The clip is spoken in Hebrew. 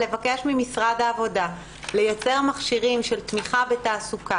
לבקש ממשרד העבודה לייצר מכשירים של תמיכה בתעסוקה